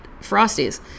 Frosties